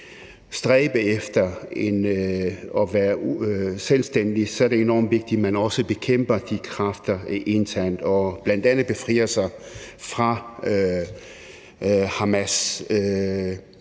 stræbe efter at være selvstændige, er det enormt vigtigt, man også bekæmper de kræfter internt og bl.a. befrier sig fra Hamas.